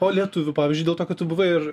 o lietuvių pavyzdžiui dėl to kad tu buvai ir